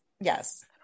Yes